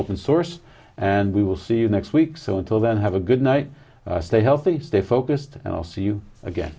open source and we will see you next week so until then have a good night stay healthy stay focused and i'll see you again